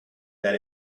that